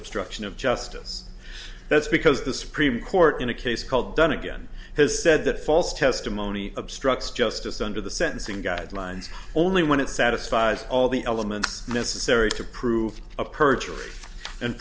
obstruction of justice that's because the supreme court in a case called done again has said that false testimony obstructs justice under the sentencing guidelines only when it satisfies all the elements necessary to prove a perjury and